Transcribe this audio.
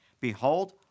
Behold